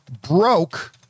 broke